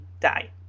die